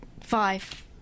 five